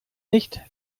nicht